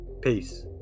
Peace